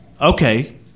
Okay